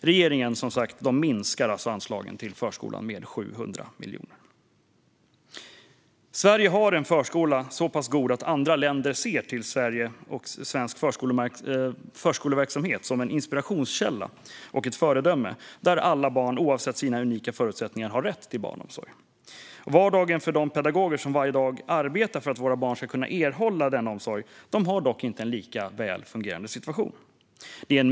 Regeringen minskar som sagt anslagen till förskolan med 700 miljoner. Sverige har en förskola som är så pass god att andra länder ser svensk förskoleverksamhet som en inspirationskälla och ett föredöme, där alla barn oavsett sina unika förutsättningar har rätt till barnomsorg. De pedagoger som varje dag arbetar för att våra barn ska kunna erhålla denna omsorg har dock inte en lika väl fungerande situation.